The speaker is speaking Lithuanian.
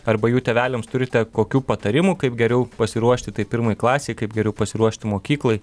arba jų tėveliams turite kokių patarimų kaip geriau pasiruošti tai pirmajai klasei kaip geriau pasiruošti mokyklai